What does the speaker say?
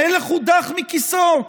המלך הודח מכיסאו,